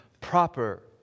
proper